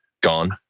gone